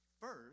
first